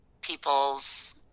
people's